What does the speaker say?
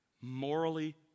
morally